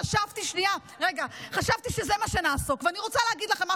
חשבתי שזה מה שנעסוק בו.